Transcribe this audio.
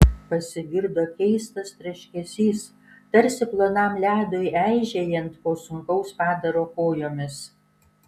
pasigirdo keistas traškesys tarsi plonam ledui eižėjant po sunkaus padaro kojomis